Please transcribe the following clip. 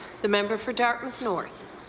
the member for dartmouth north.